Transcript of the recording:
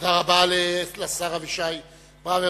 תודה רבה לשר אבישי ברוורמן.